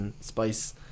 spice